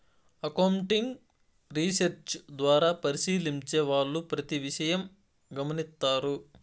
accounting research ద్వారా పరిశీలించే వాళ్ళు ప్రతి విషయం గమనిత్తారు